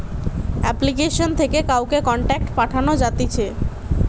application থেকে কাউকে contact পাঠানো যাতিছে